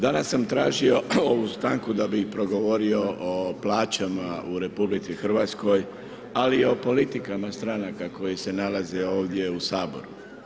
Danas sam tražio ovu stanku da bih progovorio o plaćama u RH, ali i o politikama stranaka koje se nalaze ovdje u Saboru.